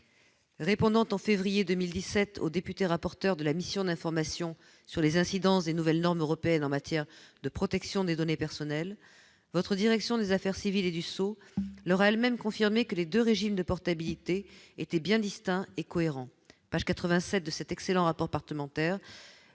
mois de février 2017 aux députés rapporteurs de la mission d'information sur les incidences des nouvelles normes européennes en matière de protection des données personnelles sur la législation française, a elle-même confirmé que les deux régimes de portabilité étaient bien distincts et « cohérents ». À la page 87 de cet excellent rapport parlementaire,